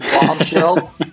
Bombshell